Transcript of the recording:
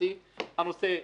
מבחינתי התעכבו,